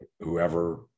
Whoever